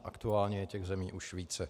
Aktuálně je těch zemí už více.